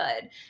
good